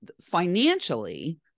financially